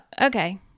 okay